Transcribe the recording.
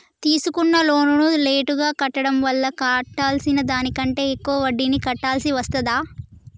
తీసుకున్న లోనును లేటుగా కట్టడం వల్ల కట్టాల్సిన దానికంటే ఎక్కువ వడ్డీని కట్టాల్సి వస్తదా?